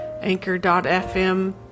anchor.fm